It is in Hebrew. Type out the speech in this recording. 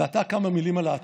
ועתה, כמה מילים על העתיד.